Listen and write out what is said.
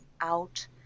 out